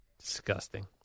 Disgusting